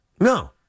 No